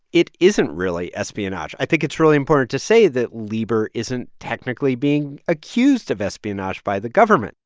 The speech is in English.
it isn't really espionage. i think it's really important to say that lieber isn't technically being accused of espionage by the government.